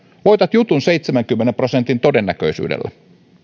voitat jutun seitsemänkymmenen prosentin todennäköisyydellä